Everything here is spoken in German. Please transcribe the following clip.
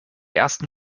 ersten